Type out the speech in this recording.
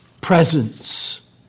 presence